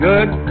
Good